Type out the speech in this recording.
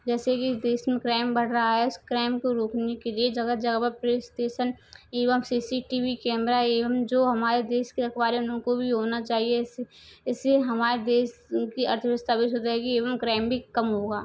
जैसे कि देश में क्राइम बढ़ रहा है इस क्राइम को रोकने के लिए जगह जगह पुलिस टेसन एवं C C T V camera एवं जो हमारे देश के रखवाले हैं उन लोगों को भी होना चाहिये ऐसे ऐसे हमारे देश की अर्थव्यवस्था भी सुधरेगी एवं क्राइम भी कम होगा